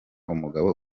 umugabo